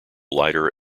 lighter